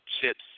chips